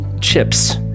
chips